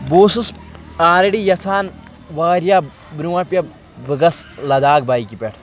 بہٕ اوسُس آلرٕڈی یژھان واریاہ برونٛٹھ یہِ بہٕ گژھٕ لداخ بایکہِ پٮ۪ٹھ